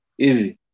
easy